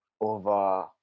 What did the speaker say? over